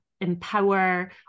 empower